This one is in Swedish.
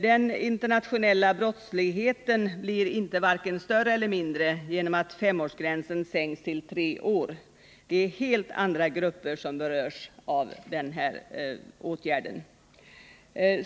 Den internationella brottsligheten blir varken större eller mindre genom att femårsgränsen sänks till tre år. Det är helt andra grupper som berörs av den här åtgärden.